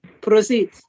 proceed